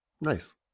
Nice